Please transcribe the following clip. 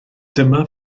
dyma